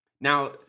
Now